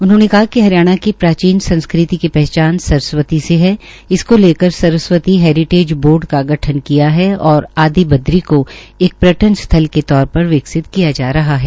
उन्होंने कहा कि हरियाणा की प्राचीन संस्कृति की पहचान सरस्वती को लेकर उन्होंने कहा कि इसको लेकर हमने सरस्वती हैरिटेज बोर्ड का गठन किया है और आदीबद्री को एक पर्यटन स्थल के तौर पर विकसित किया जा रहा है